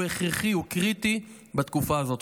הוא הכרחי והוא קריטי בתקופה הזאת.